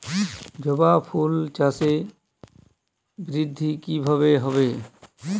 জবা ফুল চাষে বৃদ্ধি কিভাবে হবে?